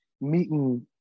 meeting